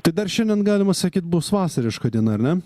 tai dar šiandien galima sakyt bus vasariška diena ar ne